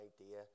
idea